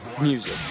music